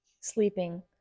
sleeping